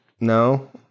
No